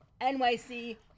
NYC